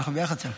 אנחנו ביחד שם.